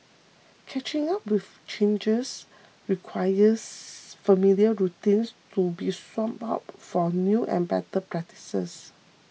catching up with changes requires familiar routines to be swapped out for new and better practices